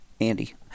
Andy